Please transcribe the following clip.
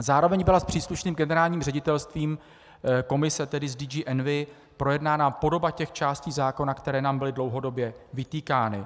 Zároveň byla s příslušným Generálním ředitelstvím Komise, tedy s DG Envi, projednána podoba těch částí zákona, které nám byly dlouhodobě vytýkány.